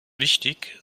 wichtig